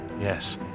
Yes